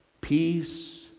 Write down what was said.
peace